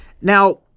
Now